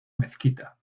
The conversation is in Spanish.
mezquita